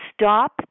stop